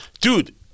dude